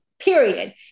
period